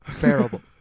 terrible